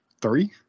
Three